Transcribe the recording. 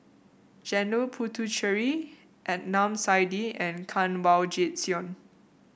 Janil Puthucheary Adnan Saidi and Kanwaljit Soin